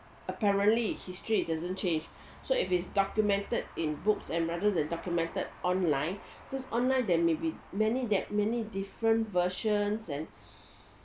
apparently history it doesn't change so if it's documented in books and rather than documented online because online there may be many that many different versions and